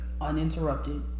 uninterrupted